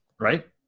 Right